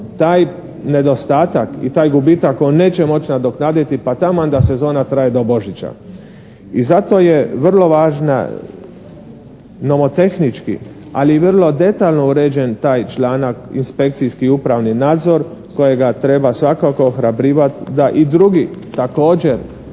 taj nedostatak i taj gubitak on neće moći nadoknaditi pa taman da sezona traje do Božića. I zato je vrlo važna nomotehnički, ali i vrlo detaljno uređen taj članak inspekcijski i upravni nadzor kojega treba svakako ohrabrivati da i drugi također